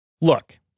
Look